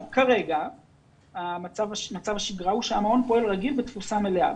כרגע מצב השגרה הוא שהמעון פועל רגיל בתפוסה מלאה.